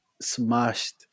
smashed